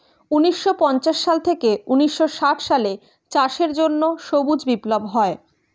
ঊন্নিশো পঞ্চাশ সাল থেকে ঊন্নিশো ষাট সালে চাষের জন্য সবুজ বিপ্লব হয়